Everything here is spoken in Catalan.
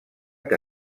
que